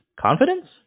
confidence